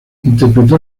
interpretó